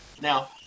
Now